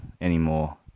anymore